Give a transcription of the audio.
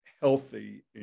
healthy